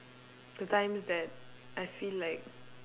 the times that I feel like